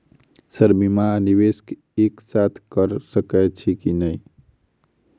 Sir बीमा आ निवेश एक साथ करऽ सकै छी की न ई?